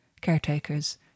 Caretakers